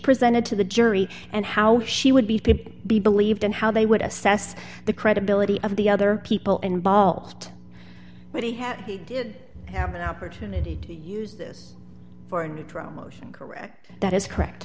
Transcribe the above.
presented to the jury and how she would be paid be believed and how they would assess the credibility of the other people involved but he had it have an opportunity to use this for a neutral motion correct that is correct